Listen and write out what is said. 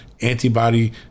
antibody